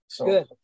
Good